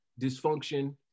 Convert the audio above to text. dysfunction